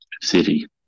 City